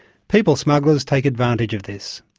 people smugglers take advantage of this.